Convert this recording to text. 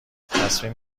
تصمیم